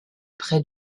près